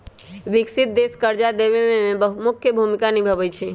विकसित देश कर्जा देवे में मुख्य भूमिका निभाई छई